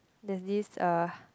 there's this uh